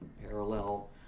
parallel